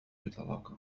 بطلاقة